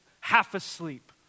half-asleep